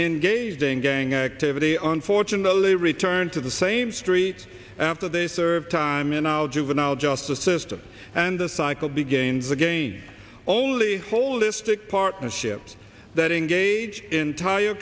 gasing gang activity on fortunately return to the same streets after they serve time in aisle juvenile justice system and the cycle begins again only holistic partnerships that engage entire